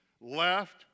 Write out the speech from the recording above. left